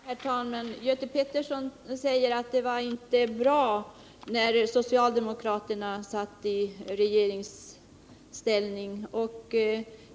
Herr talman! Göte Pettersson säger att det inte var bra när socialdemokraterna satt i regeringsställning.